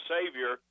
Savior